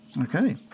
Okay